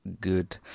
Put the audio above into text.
good